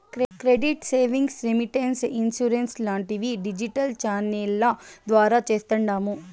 credit savings, remittance, insurance లాంటివి digital ఛానెల్ల ద్వారా చేస్తాండాము